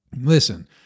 Listen